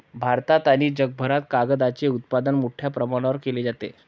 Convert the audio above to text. भारतात आणि जगभरात कागदाचे उत्पादन मोठ्या प्रमाणावर केले जाते